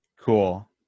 Cool